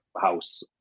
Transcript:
house